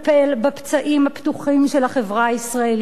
בפצעים הפתוחים של החברה הישראלית,